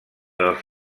els